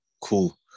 cool